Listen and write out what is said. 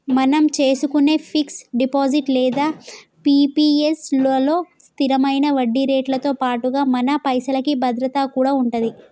మనం చేసుకునే fix deposit లేదా పి.పి.ఎస్ లలో స్థిరమైన వడ్డీరేట్లతో పాటుగా మన పైసలకి భద్రత కూడా ఉంటది